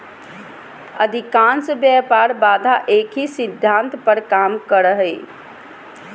अधिकांश व्यापार बाधा एक ही सिद्धांत पर काम करो हइ